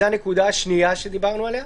זו הנקודה השנייה שדיברנו עליה.